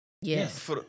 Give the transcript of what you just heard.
Yes